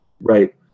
right